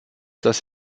dass